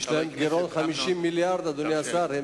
יש להם גירעון של 50 מיליארד, אדוני השר.